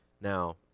Now